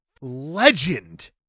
legend